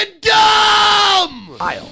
dumb